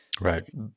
Right